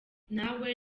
nawe